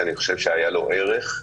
שאני חושב שהיה לו ערך,